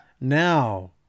now